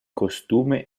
costume